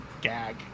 gag